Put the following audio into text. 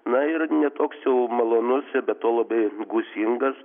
na ir ne toks jau malonus ir be to labai gūsingas